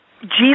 Jesus